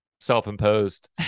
self-imposed